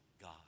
God